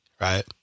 right